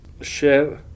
share